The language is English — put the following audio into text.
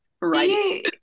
right